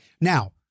Now